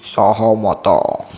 ସହମତ